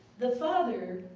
the father,